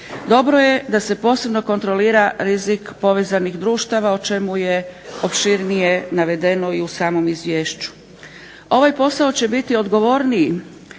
Dobro je da se posebno kontrolira rizik povezanih društava, o čemu je opširnije navedeno i u samom izvješću. Ovaj posao će biti odgovorniji,